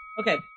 okay